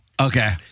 Okay